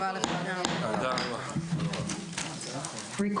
הישיבה ננעלה בשעה 10:48.